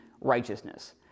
righteousness